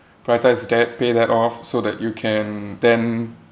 prioritise debt pay that off so that you can then